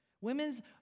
Women's